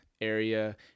area